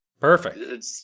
Perfect